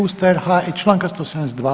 Ustava RH i Članka 172.